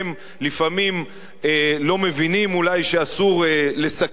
לפעמים לא מבינים אולי שאסור לסכן אותם,